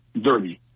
dirty